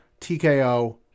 TKO